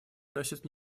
носит